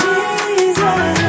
Jesus